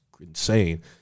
insane